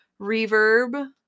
Reverb